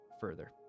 further